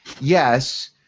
yes